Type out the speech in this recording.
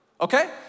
okay